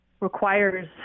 requires